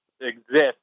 Exist